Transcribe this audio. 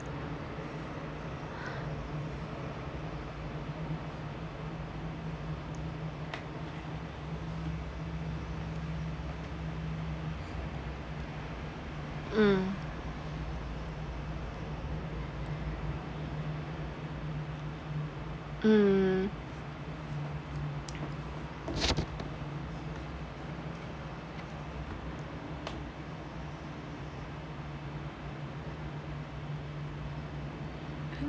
mm mm